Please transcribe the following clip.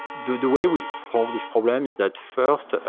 the way we solve this problem is that first, ah